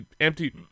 empty –